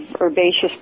herbaceous